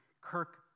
Kirk